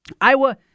Iowa